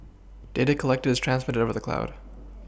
data collected is transmitted with the cloud